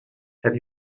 have